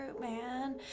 man